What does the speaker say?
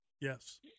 Yes